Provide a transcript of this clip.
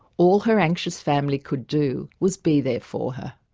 all her anxious family could do was be there for her.